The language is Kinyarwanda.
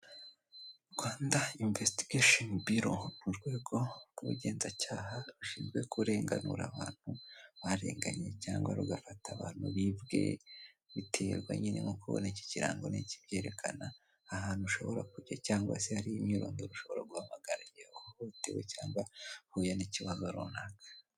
Rwanda imvesitigashani biro ni urwego rw'ubugenzacyaha rushinzwe kurenganura abantu barenganye cyangwa rugafata abantu bibwe, biterwa nyine nko kubona iki kirango n'ikibyerekana ahantu ushobora kujya cyangwa se hari imyirondoro ushobora guhamagara igihe ihohotewe cyangwa uhuye n'ikibazo runaka.